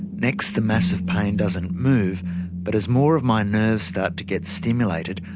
next the mass of pain doesn't move but as more of my nerves start to get stimulated,